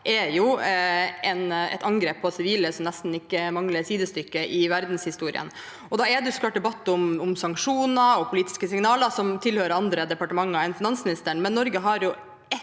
jo et angrep på sivile som nesten mangler sidestykke i verdenshistorien. Da er det så klart debatt om sanksjoner og politiske signaler som tilhører andre departementer enn finansministerens, men Norge har